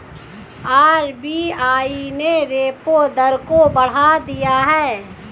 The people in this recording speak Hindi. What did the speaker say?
आर.बी.आई ने रेपो दर को बढ़ा दिया है